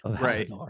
Right